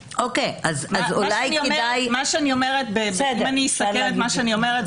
אם אני אסכם את מה שאני אומרת,